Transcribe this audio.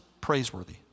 praiseworthy